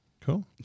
cool